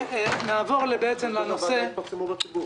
כל ההחלטות האלה יתפרסמו לציבור.